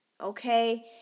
okay